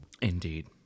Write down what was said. Indeed